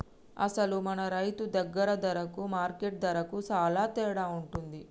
అసలు మన రైతు దగ్గర ధరకు మార్కెట్ ధరకు సాలా తేడా ఉంటుంది